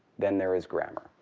then there is grammar.